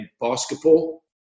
basketball